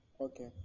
Okay